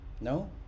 No